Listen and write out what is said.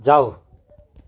जाऊ